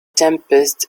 tempest